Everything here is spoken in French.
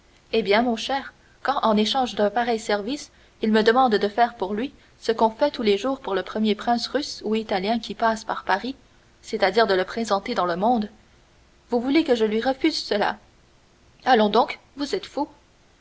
eh bien mon cher quand en échange d'un pareil service il me demande de faire pour lui ce qu'on fait tous les jours pour le premier prince russe ou italien qui passe par paris c'est-à-dire de le présenter dans le monde vous voulez que je lui refuse cela allons donc vous êtes fou